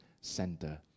center